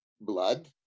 blood